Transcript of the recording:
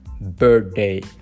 birthday